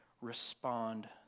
respond